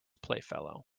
playfellow